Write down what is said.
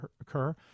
occur